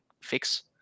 fix